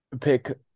pick